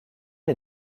est